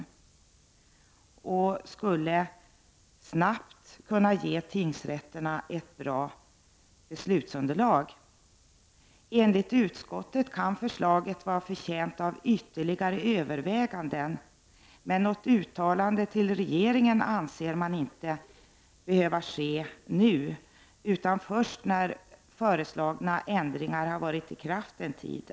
Tingsrätterna skulle snabbt kunna få ett bra beslutsunderlag. Enligt utskottet kan förslaget vara förtjänt av ytterligare överväganden, men något uttalande till regeringen anses inte behöva göras nu utan först när andra föreslagna ändringar har varit i kraft en tid.